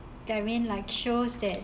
I mean like shows that